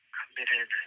committed